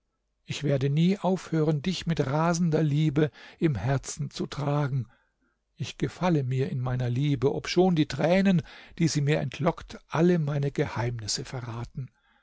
ich werde nie aufhören dich mit rasender liebe im herzen zu tragen ich gefalle mir in meiner liebe obschon die tränen die sie mir entlockt alle meine geheimnisse verraten